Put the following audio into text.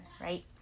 right